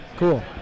Cool